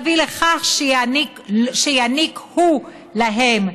להביא לכך שיעניק הוא להם,